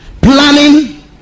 planning